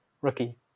rookie